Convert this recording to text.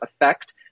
effect